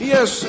Yes